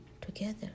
together